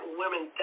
women